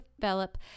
develop